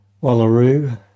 Wallaroo